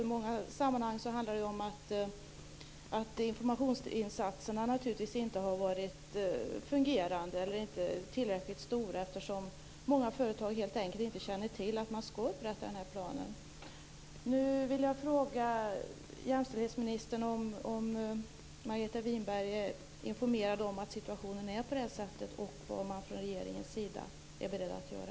I många sammanhang handlar det om att informationsinsatserna inte har varit fungerande eller inte tillräckligt stora. Många företag känner helt enkelt inte till att man ska upprätta en plan. Winberg om hon är informerad om att situationen är på detta sätt och vad man från regeringens sida är beredd att göra.